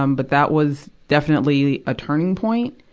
um but that was definitely a turning point.